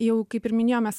jau kaip ir minėjom mes